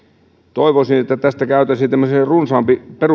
toivoisin että käytäisiin runsaampi